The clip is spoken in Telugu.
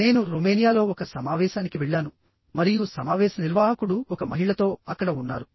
నేను రొమేనియాలో ఒక సమావేశానికి వెళ్ళాను మరియు సమావేశ నిర్వాహకుడు ఒక మహిళతో అక్కడ ఉన్నారు